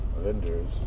vendors